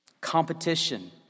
Competition